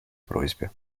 просьбе